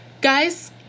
guys